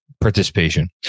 participation